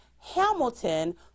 Hamilton